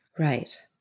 Right